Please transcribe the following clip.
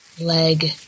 leg